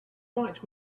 night